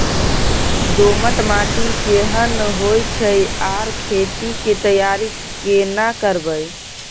दोमट माटी केहन होय छै आर खेत के तैयारी केना करबै?